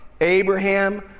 Abraham